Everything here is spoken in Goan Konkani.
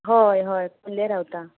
हय हय खोल्ले रावता